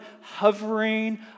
hovering